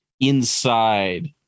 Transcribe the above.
inside